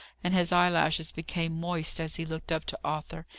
and his eyelashes became moist as he looked up to arthur,